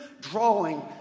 drawing